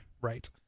Right